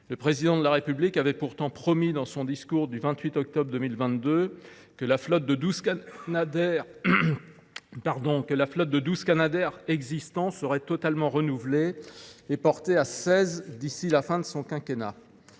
Le Président de la République avait pourtant promis dans son discours du 28 octobre 2022 que la flotte de douze canadairs existants serait totalement renouvelée et portée à seize appareils d’ici à la fin de son quinquennat.